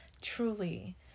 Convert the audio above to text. Truly